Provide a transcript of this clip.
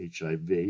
HIV